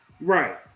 Right